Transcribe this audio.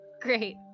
Great